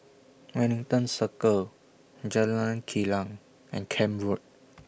Wellington Circle Jalan Kilang and Camp Road